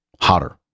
hotter